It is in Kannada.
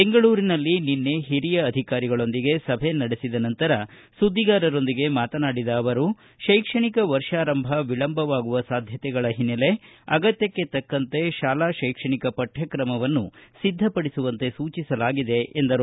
ಬೆಂಗಳೂರಿನಲ್ಲಿ ನಿನ್ನೆ ಹಿರಿಯ ಅಧಿಕಾರಿಗಳೊಂದಿಗೆ ಸಭೆ ನಡೆಸಿದ ನಂತರ ಸುದ್ದಿಗಾರರೊಂದಿಗೆ ಮಾತನಾಡಿದ ಅವರು ಶೈಕ್ಷಣಿಕ ವರ್ಷಾರಂಭ ವಿಳಂಬವಾಗುವ ಸಾಧ್ಯತೆಗಳ ಹಿನ್ನೆಲೆ ಅಗತ್ಯಕ್ಷೆ ತಕ್ಕಂತೆ ಶಾಲಾ ಶೈಕ್ಷಣಿಕ ಪಠ್ಯಕಮವನ್ನು ಸಿದ್ದಪಡಿಸುವಂತೆ ಸೂಚಿಸಲಾಗಿದೆ ಎಂದರು